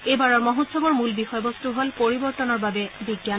এইবাৰৰ মহোৎসৱৰ মূল বিষয়বস্তু হল পৰিৱৰ্তনৰ বাবে বিজ্ঞান